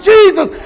Jesus